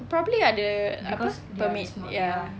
probably ada apa permit ya